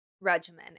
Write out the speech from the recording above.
regimen